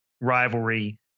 rivalry